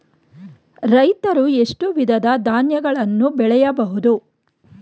ರೈತರು ಎಷ್ಟು ವಿಧದ ಧಾನ್ಯಗಳನ್ನು ಬೆಳೆಯಬಹುದು?